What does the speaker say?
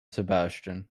sebastian